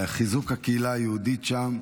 לחיזוק הקהילה היהודית שם,